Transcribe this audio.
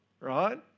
right